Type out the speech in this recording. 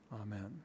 Amen